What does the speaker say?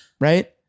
right